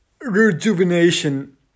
rejuvenation